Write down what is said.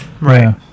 Right